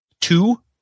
Two